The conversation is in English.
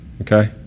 okay